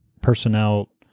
personnel